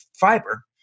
fiber